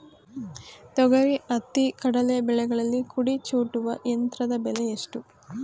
ತೊಗರಿ, ಹತ್ತಿ, ಕಡಲೆ ಬೆಳೆಗಳಲ್ಲಿ ಕುಡಿ ಚೂಟುವ ಯಂತ್ರದ ಬೆಲೆ ಎಷ್ಟು?